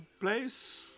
place